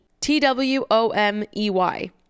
T-W-O-M-E-Y